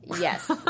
Yes